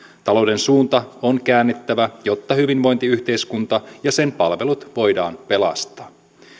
talouden suunta on käännettävä jotta hyvinvointiyhteiskunta ja sen palvelut voidaan pelastaa